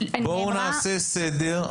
בואו נעשה סדר.